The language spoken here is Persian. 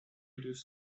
دوس